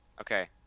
okay